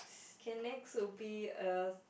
K next will be a